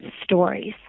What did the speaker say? stories